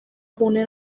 gune